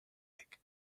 egg